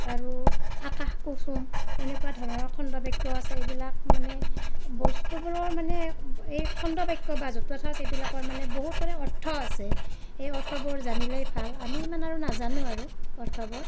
আৰু আকাশ কুসুম এনেকুৱা ধৰণৰ খণ্ড বাক্য আছে এইবিলাক মানে বস্তুবোৰৰ মানে এই খণ্ড বাক্য বা জতুৱা ঠাঁচ এইবিলাকৰ মানে বহুতৰে অৰ্থ আছে সেই অৰ্থবোৰ জানিলে ভাল আমি সিমান আৰু নাজানো আৰু অৰ্থবোৰ